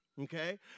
Okay